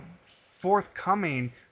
forthcoming